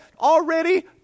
already